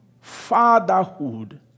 fatherhood